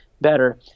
better